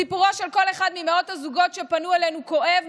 סיפורו של כל אחד ממאות הזוגות שפנו אלינו כואב,